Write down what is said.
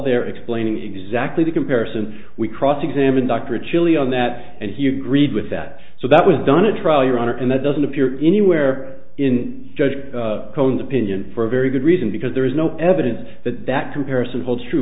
there explaining exactly the comparison we cross examine dr chilly on that and he agreed with that so that was done a trial your honor and that doesn't appear anywhere in judge tones opinion for a very good reason because there is no evidence that that comparison holds true